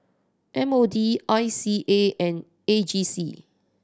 M O D I C A and A G C